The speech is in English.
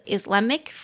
Islamic